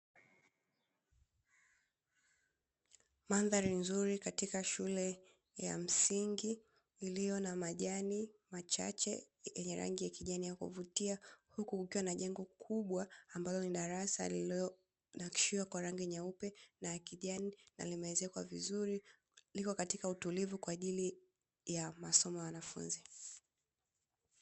Mandhari nzuri katika shule ya msingi, iliyo na majani machache yenye rangi ya kijani ya kuvutia, huku kukiwa kuna jengo kubwa ambalo darasa lililonakishiwa kwa rangi nyeupe na kijani na limeezekwa vizuri liko katika utulivu kwa ajili ya masomo ya wanafunzi.